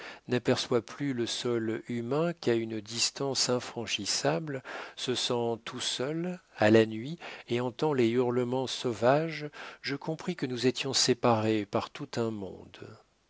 n'aperçoit plus le sol humain qu'à une distance infranchissable se sent tout seul à la nuit et entend les hurlements sauvages je compris que nous étions séparés par tout un monde